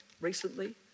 recently